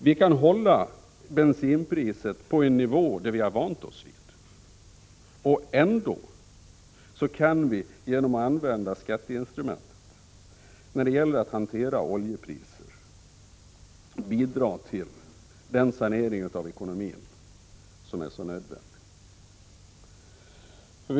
Vi kan hålla bensinpriset på en nivå som vi har vant oss vid och ändå, genom att använda skatteinstrumentet när det gäller att hantera oljepriset, bidra till den sanering av ekonomin som är så nödvändig.